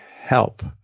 help